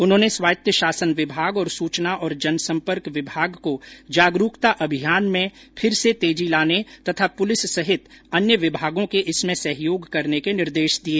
उन्होंने स्वायत्त शासन विभाग और सूचना एवं जनसम्पर्क विभाग को जागरूकता अभियान में फिर से तेजी लाने तथा पुलिस सहित अन्य विभागों के इसमें सहयोग करने के निर्देश दिए